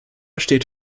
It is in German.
steht